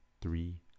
three